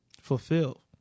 fulfill